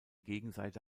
gegenseite